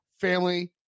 family